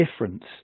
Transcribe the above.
difference